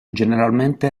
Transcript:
generalmente